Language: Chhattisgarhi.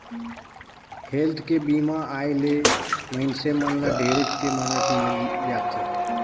हेल्थ के बीमा आय ले मइनसे मन ल ढेरेच के मदद मिल जाथे